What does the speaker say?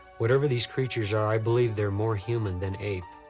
whatever these creatures are, i believe they're more human than ape.